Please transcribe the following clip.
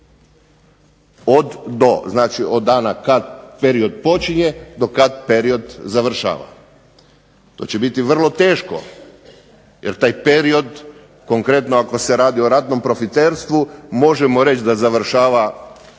– do. Znači, od dana kad period počinje do kad period završava. To će biti vrlo teško jer taj period konkretno ako se radi o ratnom profiterstvu možemo reći da završava sa